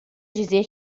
dizer